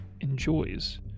enjoys